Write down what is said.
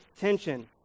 tension